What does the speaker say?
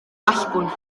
allbwn